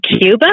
Cuba